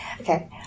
Okay